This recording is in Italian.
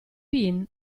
pin